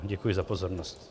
Děkuji za pozornost.